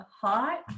hot